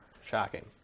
Shocking